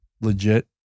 legit